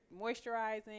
moisturizing